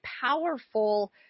powerful